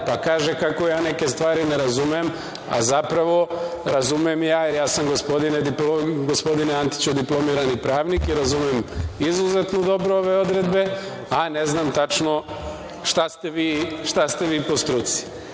pa kaže kako ja neke stvari ne razumem, a zapravo razumem jer sam ja, gospodine Antiću, diplomirani pravnik i razumem izuzetno dobro ove odredbe, a ne znam tačno šta ste vi po struci.E,